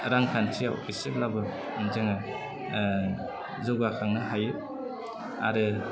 रांखान्थिआव एसेब्लाबो जोङो जौगाखांनो हायो आरो